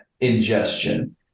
ingestion